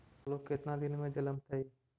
आलू केतना दिन में जलमतइ?